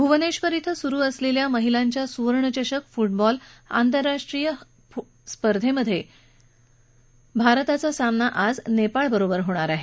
भुवनेश्वर येथे सुरू असलेल्या महिलांच्या सुवर्ण चषक फुटबॉल आंतरराष्ट्रीय स्पर्धेत आज भारताचा सामना नेपाळ बरोबर होणार आहे